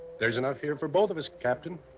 there's enough here for both of us, captain.